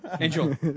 Angel